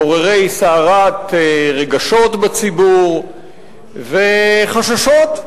מעוררי סערת רגשות בציבור וחששות,